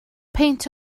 peint